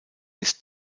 ist